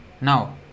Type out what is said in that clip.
Now